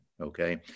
okay